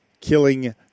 killing